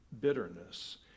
bitterness